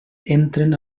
entren